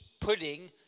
putting